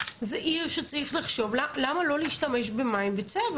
זאת עיר שצריך לחשוב למה לא להשתמש במים וצבע.